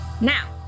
Now